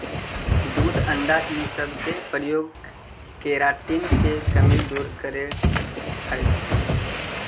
दूध अण्डा इ सब के प्रयोग केराटिन के कमी दूर करऽ हई